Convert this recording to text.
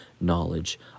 knowledge